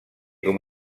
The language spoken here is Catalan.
com